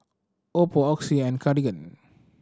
oppo Oxy and Cartigain